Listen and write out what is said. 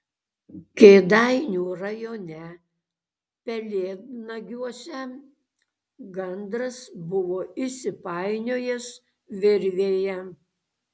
kėdainių rajone pelėdnagiuose gandras buvo įsipainiojęs virvėje